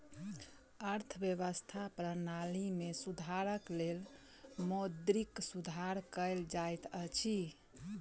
अर्थव्यवस्था प्रणाली में सुधारक लेल मौद्रिक सुधार कयल जाइत अछि